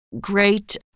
great